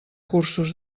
cursos